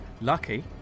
Lucky